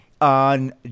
on